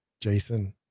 jason